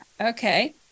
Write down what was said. okay